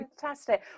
fantastic